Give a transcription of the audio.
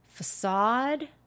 facade